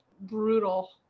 brutal